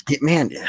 Man